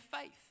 faith